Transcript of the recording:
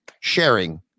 sharing